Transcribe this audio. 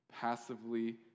Passively